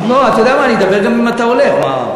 לא, אתה יודע מה, אני אדבר גם אם אתה הולך, מה.